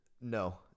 No